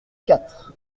quatre